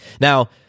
Now